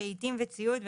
רהיטים וציוד,